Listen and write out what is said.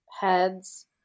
heads